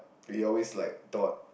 we always like thought